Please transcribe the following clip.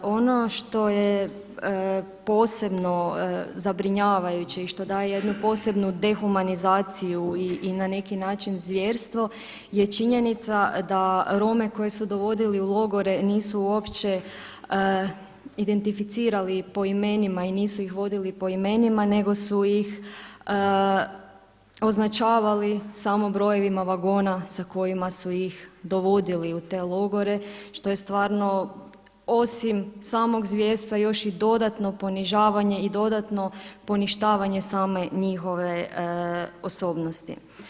Ono što je posebno zabrinjavajuće i što daje jednu posebnu dehumanizaciju i na neki način zvjerstvo je činjenica da Rome koje su dovodili u logore nisu uopće identificirali po imenima i nisu ih vodili po imenima nego su ih označavali samo brojevima vagona sa kojima su ih dovodili u te logore što je stvarno osim samog zvjerstva još i dodatno ponižavanje i dodatno poništavanje same njihove osobnosti.